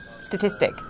statistic